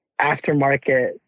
aftermarket